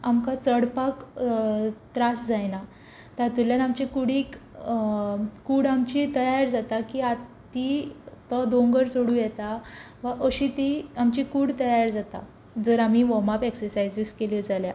आमकां चडपाक त्रास जायना तातुंतल्यान आमचे कुडीक कूड आमची तयार जाता की आतां ती तो दोंगर चडूं येता वा अशी ती आमची कूड तयार जाता जर आमी वॉर्म अप एक्सरसायजीस केल्यो जाल्यार